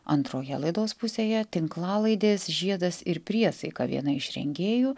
antroje laidos pusėje tinklalaidės žiedas ir priesaika viena iš rengėjų